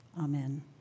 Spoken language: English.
Amen